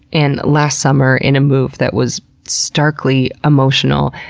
and last summer, in a move that was starkly emotional,